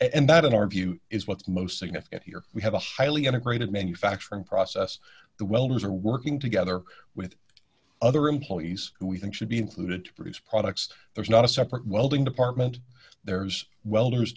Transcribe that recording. and that in our view is what's most significant here we have a highly integrated manufacturing process the welders are working together with other employees who we think should be included to produce products there's not a separate welding department there's welders